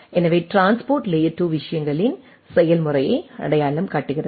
எனவே transport layer 2 விஷயங்களின் செயல்முறையை அடையாளம் காட்டுகிறது